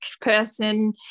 person